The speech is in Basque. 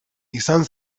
izan